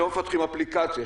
לא מפתחים אפליקציה,